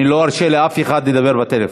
אני לא ארשה לאף אחד לדבר בטלפון.